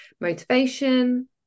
motivation